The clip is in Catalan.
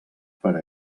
per